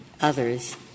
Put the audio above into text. others